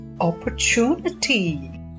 opportunity